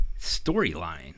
storyline